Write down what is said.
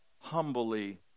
humbly